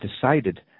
decided